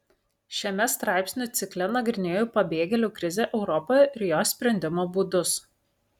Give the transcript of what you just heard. šiame straipsnių cikle nagrinėju pabėgėlių krizę europoje ir jos sprendimo būdus